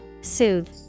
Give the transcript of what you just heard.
Soothe